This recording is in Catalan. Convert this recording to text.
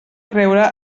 creure